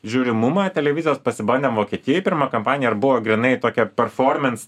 žiūrimumą televizijos pasibandėm vokietijoj pirma kampanija ir buvo grynai tokia performins